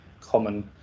common